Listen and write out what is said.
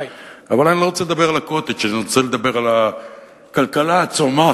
אבל אני לא רוצה לדבר על ה"קוטג'"; אני רוצה לדבר על הכלכלה הצומחת,